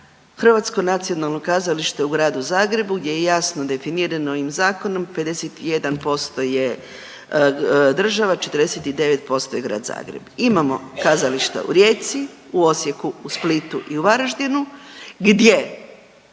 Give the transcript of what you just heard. Hrvatsko nacionalno kazalište u Gradu Zagrebu gdje je jasno definirano ovim zakonom 51% je država, 49% je Grad Zagreb. Imamo kazalište u Rijeci, Osijeku, Splitu i u Varaždinu gdje